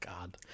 God